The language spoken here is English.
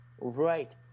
right